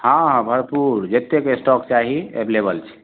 हँ हँ भरपूर जतेक स्टॉक चाही एवलेबल छै